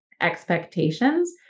Expectations